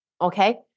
Okay